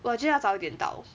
我就要早一点到